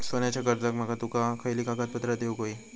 सोन्याच्या कर्जाक माका तुमका खयली कागदपत्रा देऊक व्हयी?